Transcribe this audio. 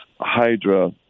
hydra